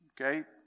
Okay